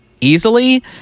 easily